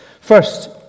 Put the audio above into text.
First